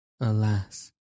alas